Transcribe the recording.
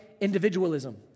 individualism